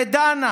ודנה